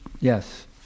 Yes